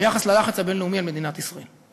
ביחס ללחץ הבין-לאומי על מדינת ישראל.